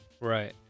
right